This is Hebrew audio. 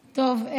טוב,